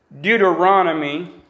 Deuteronomy